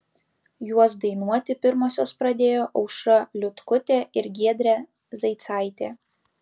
juos dainuoti pirmosios pradėjo aušra liutkutė ir giedrė zeicaitė